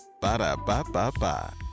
Ba-da-ba-ba-ba